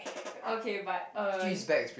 okay but uh